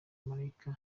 malayika